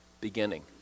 beginning